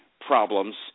problems